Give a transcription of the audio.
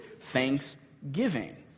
thanksgiving